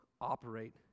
operate